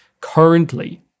currently